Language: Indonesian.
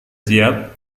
siap